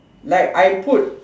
like I put